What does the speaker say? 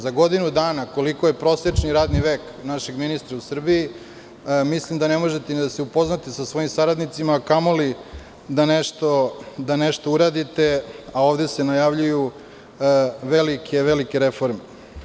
Za godinu dana, koliko je prosečni radni vek našeg ministra u Srbiji, mislim da ne možete ni da se upoznate sa svojim saradnicima, kamoli da nešto uradite, a ovde se najavljuju velike reforme.